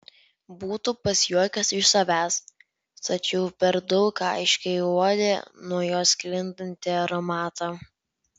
būtų pasijuokęs iš savęs tačiau per daug aiškiai uodė nuo jos sklindantį aromatą